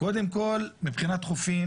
קודם כל, מבחינת חופים